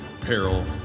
peril